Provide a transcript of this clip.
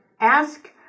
ask